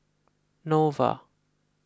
Nova